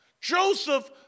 Joseph